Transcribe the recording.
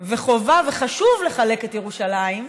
וחובה וחשוב לחלק את ירושלים,